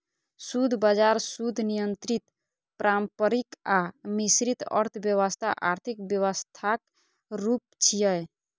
शुद्ध बाजार, शुद्ध नियंत्रित, पारंपरिक आ मिश्रित अर्थव्यवस्था आर्थिक व्यवस्थाक रूप छियै